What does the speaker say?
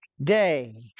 Day